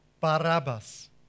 Barabbas